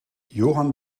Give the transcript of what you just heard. johan